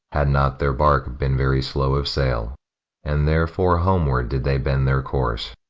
had not their bark been very slow of sail and therefore homeward did they bend their course.